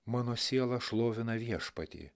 mano siela šlovina viešpatį